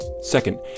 Second